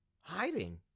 hiding